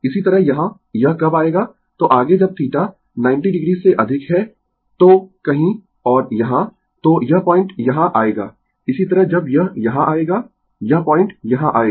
इसी तरह यहाँ यह कब आएगा तो आगे जब θ 90 o से अधिक है तो कहीं और यहाँ तो यह पॉइंट यहां आएगा इसी तरह जब यह यहां आएगा यह पॉइंट यहां आएगा